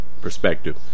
perspective